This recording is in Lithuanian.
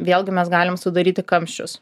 vėlgi mes galim sudaryti kamščius